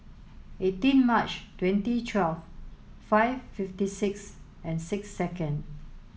eighteen Mar twenty twelve five fifty six and six second